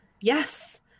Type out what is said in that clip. Yes